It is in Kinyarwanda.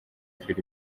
phil